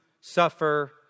suffer